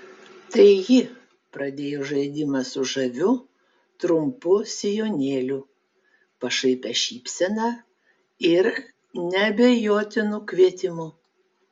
tai ji pradėjo žaidimą su žaviu trumpu sijonėliu pašaipia šypsena ir neabejotinu kvietimu